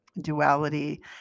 Duality